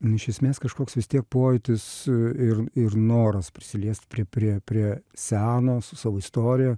iš esmės kažkoks vis tiek pojūtis ir ir noras prisiliesti prie prie prie seno su savo istorija